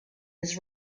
his